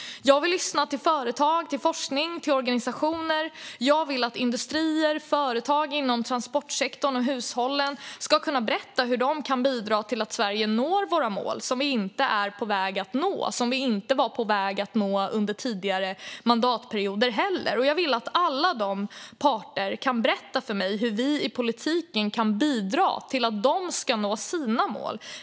Jag vill lyssna till företag, forskning och organisationer. Jag vill att industrier, företag inom transportsektorn och hushåll ska kunna berätta hur de kan bidra till att vi i Sverige når våra mål, som vi inte är på väg att nå och inte var på väg att nå under tidigare mandatperioder heller. Jag vill att alla dessa parter ska berätta för mig hur vi i politiken kan bidra till att de ska nå sina mål.